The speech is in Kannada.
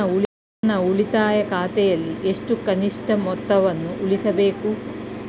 ನನ್ನ ಉಳಿತಾಯ ಖಾತೆಯಲ್ಲಿ ಎಷ್ಟು ಕನಿಷ್ಠ ಮೊತ್ತವನ್ನು ಉಳಿಸಬೇಕು?